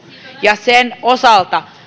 ja sen osalta